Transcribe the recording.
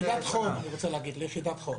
ליחידת חום.